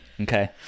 Okay